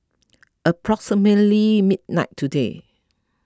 approximately midnight today